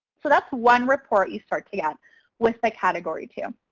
so that's one report you start to get with a category two.